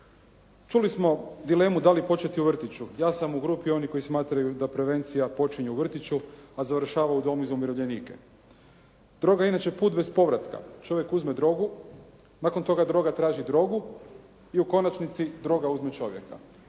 Čuli smo dilemu dali početi u vrtiću. Ja sam u grupi onih koji smatraju da prevencija počinje u vrtiću, a završava u domu za umirovljenike. Droga je inače put bez povratka. Čovjek uzme drogu, nakon toga droga traži drogu i u konačnici droga uzme čovjeka.